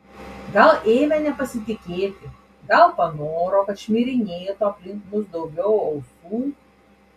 gal ėmė nepasitikėti gal panoro kad šmirinėtų aplink mus daugiau ausų